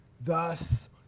thus